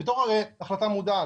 זאת על פי החלטה מודעת.